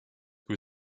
kui